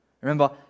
Remember